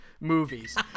movies